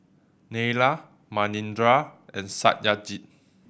Neila Manindra and Satyajit